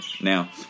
Now